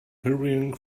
hurrying